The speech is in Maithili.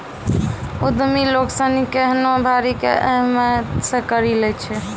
उद्यमि लोग सनी केहनो भारी कै हिम्मत से करी लै छै